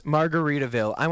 Margaritaville